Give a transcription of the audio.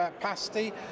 pasty